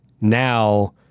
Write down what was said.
now